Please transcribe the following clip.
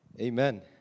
Amen